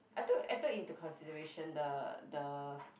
I took I took into consideration the the